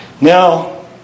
Now